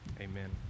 amen